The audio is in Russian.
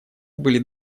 были